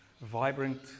vibrant